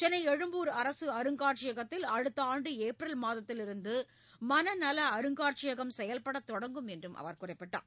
சென்னை எழும்பூர் அரசு அருங்காட்சியகத்தில் அடுத்த ஆண்டு ஏப்ரல் மாதத்திலிருந்து மனநல அருங்காட்சியகம் செயல்படத் தொடங்கும் என்றும் அவர் குறிப்பிட்டார்